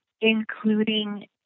including